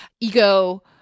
ego